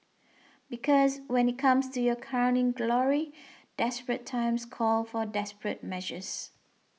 because when it comes to your crowning glory desperate times call for desperate measures